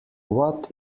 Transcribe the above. what